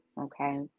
okay